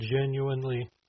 genuinely